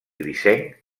grisenc